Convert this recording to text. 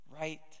right